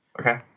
Okay